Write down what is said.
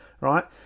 right